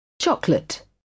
Chocolate